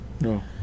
No